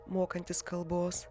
mokantis kalbos